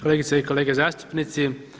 Kolegice i kolege zastupnici.